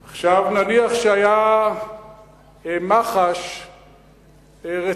עכשיו, נניח שהיתה מח"ש רצינית,